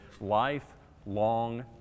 lifelong